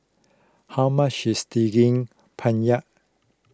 how much is Daging Penyet